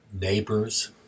neighbors